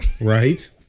right